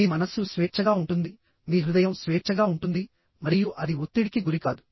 మీ మనస్సు స్వేచ్ఛగా ఉంటుంది మీ హృదయం స్వేచ్ఛగా ఉంటుంది మరియు అది ఒత్తిడికి గురికాదు